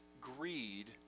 greed